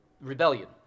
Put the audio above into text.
Rebellion